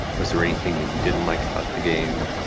was there anything that you didn't like about the game,